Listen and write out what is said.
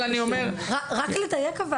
רק לדייק,